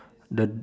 the